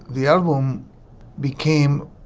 the album became